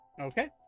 Okay